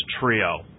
trio